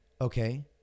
Okay